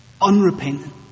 Unrepentant